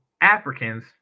Africans